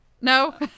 No